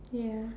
ya